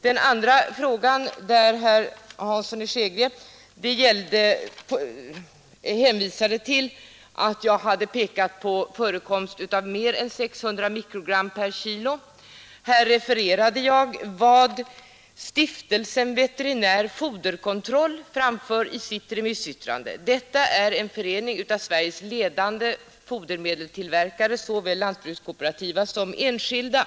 Den andra frågan som herr Hansson tog upp gällde mitt påpekande om förekomsten av mer än 600 mikrogram per kg. Där refererade jag vad Stiftelsen Veterinär foderkontroll s ttrande. Den stiftelsen är en sammanslutning av Sveriges ledande fodermedelstillverka iver i sitt rem re, såväl lantbrukskooperativa som enskilda.